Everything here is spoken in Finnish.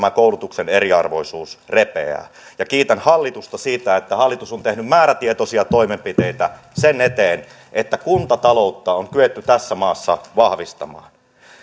ja koulutuksen eriarvoisuus repeää kiitän hallitusta siitä että hallitus on tehnyt määrätietoisia toimenpiteitä sen eteen että kuntataloutta on kyetty tässä maassa vahvistamaan